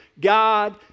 God